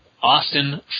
Austin